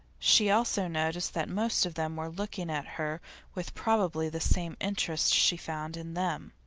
she also noticed that most of them were looking at her with probably the same interest she found in them.